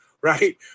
right